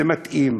זה מתאים.